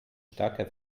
starker